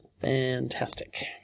fantastic